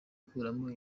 gukuramo